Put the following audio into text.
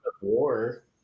War